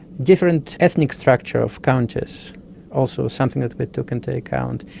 different ethnic structure of counties was also something that we took into account.